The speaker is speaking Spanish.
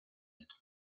metros